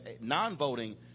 non-voting